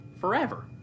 forever